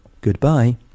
goodbye